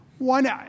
One